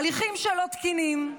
הליכים שלא תקינים,